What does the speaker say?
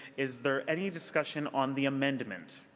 is there any discussion on the amendment?